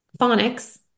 phonics